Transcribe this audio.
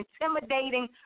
intimidating